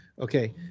Okay